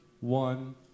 one